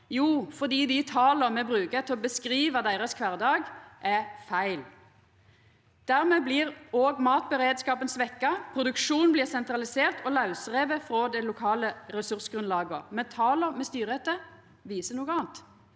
Jo, fordi dei tala me bruker til å beskriva kvardagen deira, er feil. Dermed blir òg matberedskapen svekt, og produksjonen blir sentralisert og lausriven frå det lokale ressursgrunnlaget, mens tala me styrer etter, viser noko anna.